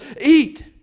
eat